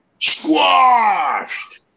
Squashed